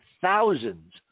thousands